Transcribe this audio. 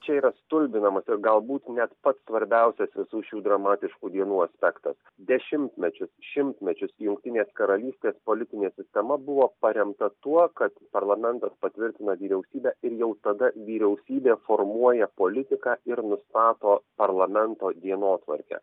čia yra stulbinamas ir galbūt net pats svarbiausias visų šių dramatiškų dienų aspektas dešimmečius šimtmečius jungtinės karalystės politinė sistema buvo paremta tuo kad parlamentas patvirtina vyriausybę ir jau tada vyriausybė formuoja politiką ir nustato parlamento dienotvarkę